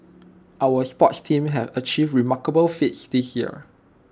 our sports teams have achieved remarkable feats this year